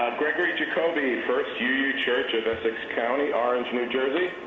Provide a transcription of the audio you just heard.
gregory jacobi, first uu church of essex county, orange, new jersey.